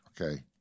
okay